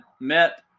met